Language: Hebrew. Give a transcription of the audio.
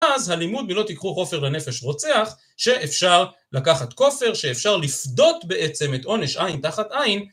אז הלימוד מלא תיקחו כופר לנפש רוצח שאפשר לקחת כופר, שאפשר לפדות בעצם את עונש עין תחת עין